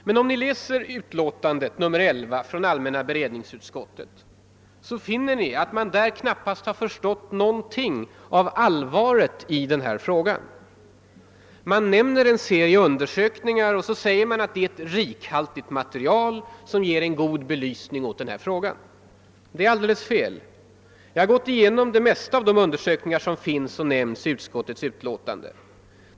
Men om ni läser allmänna beredningsutskottets utlåtande nr 11, finner ni att utskottet knappast har förstått någonting av allvaret i denna fråga. Man nämner en serie undersökningar och framhåller att det är ett >rikhaltigt material» som ger en god belysning av den här frågan. Det är alldeles fel. Jag har gått igenom de flesta av de undersökningar som nämns i utskottets utlåtande.